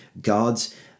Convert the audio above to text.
gods